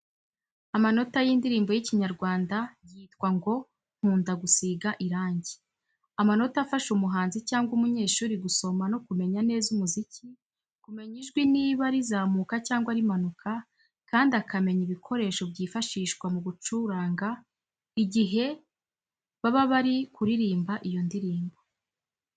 Amanota y'indirimbo y'Ikinyarwanda yitwa ngo nkunda gusiga irangi. Amanota afasha umuhanzi cyangwa umunyeshuri gusoma no kumenya neza umuziki, kumenya ijwi niba rizamuka cyangwa rimanuka, kandi akamenya ibikoresho byifashyishwa mu gucuranga igihe baba bari kuririmba iyo ndirimbo.